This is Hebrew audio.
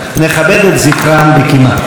נכבד את זכרם בקימה.